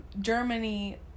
Germany